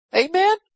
Amen